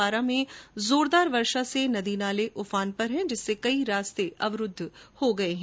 बारा में जोरदार वर्षा से नदी नाले उफान पर हैं जिससे कई रास्ते अवरूद्व हो गए हैं